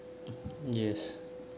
yes